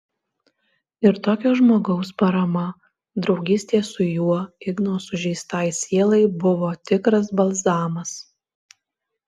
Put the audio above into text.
ir tokio žmogaus parama draugystė su juo igno sužeistai sielai buvo tikras balzamas